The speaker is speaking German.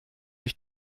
sich